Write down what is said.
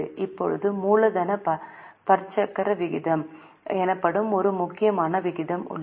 இப்போது மூலதன பற்சக்கர விகிதம் எனப்படும் ஒரு முக்கியமான விகிதம் உள்ளது